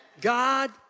God